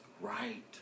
right